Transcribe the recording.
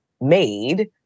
made